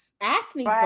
acne